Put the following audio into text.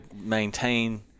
maintain